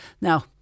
now